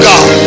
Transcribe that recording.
God